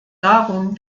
darum